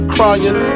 Crying